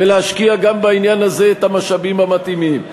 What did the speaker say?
ולהשקיע גם בעניין הזה את המשאבים המתאימים,